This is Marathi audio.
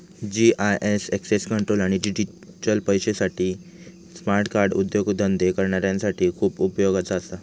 जी.आय.एस एक्सेस कंट्रोल आणि डिजिटल पैशे यासाठी स्मार्ट कार्ड उद्योगधंदे करणाऱ्यांसाठी खूप उपयोगाचा असा